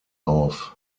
auf